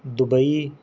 Dubai